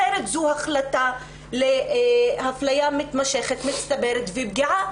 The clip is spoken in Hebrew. אחרת, זו החלטה לאפליה מצטברת ומתמשכת ולפגיעה.